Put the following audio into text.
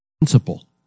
principle